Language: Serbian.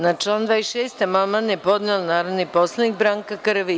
Na član 26. amandman je podneo narodni poslanik Branka Karavidić.